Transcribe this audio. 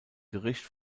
gericht